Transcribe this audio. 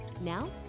Now